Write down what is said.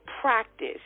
practice